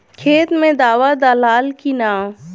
खेत मे दावा दालाल कि न?